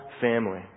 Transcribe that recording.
family